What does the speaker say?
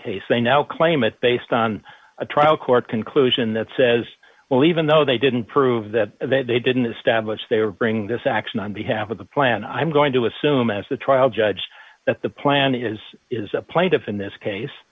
case they now claim it based on a trial court conclusion that says well even though they didn't prove that they didn't establish they were bringing this action on behalf of the plan i'm going to assume as the trial judge that the plan is is a plaintiff in this case